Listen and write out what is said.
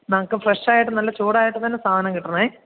ഞങ്ങൾക്ക് ഫ്രഷായിട്ടും നല്ല ചൂടായിട്ട് തന്നെ സാധനം കിട്ടണേ